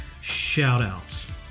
Shout-outs